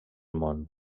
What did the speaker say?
món